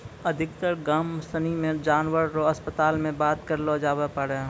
अधिकतर गाम सनी मे जानवर रो अस्पताल मे बात करलो जावै पारै